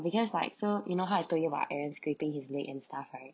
because like so you know how I told you about aaron scraping his leg and stuff right